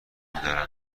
دارن